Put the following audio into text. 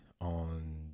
on